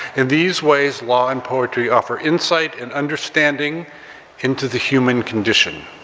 in these ways law and poetry offer insight and understanding into the human condition.